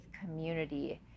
community